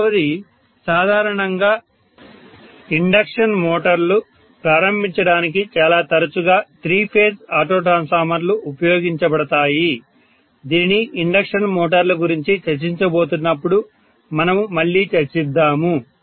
మూడవది సాధారణంగా ఇండక్షన్ మోటార్లు ప్రారంభించడానికి చాలా తరచుగా త్రీ ఫేజ్ ఆటో ట్రాన్స్ఫార్మర్లు ఉపయోగించబడతాయి దీనిని ఇండక్షన్ మోటార్లు గురించి చర్చించబోతున్నప్పుడు మనము మళ్ళీ చర్చిద్దాము